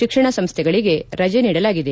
ಶಿಕ್ಷಣ ಸಂಸ್ಥೆಗಳಿಗೆ ರಜೆ ನೀಡಲಾಗಿದೆ